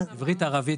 עברית, ערבית